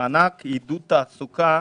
מענק עידוד תעסוקה,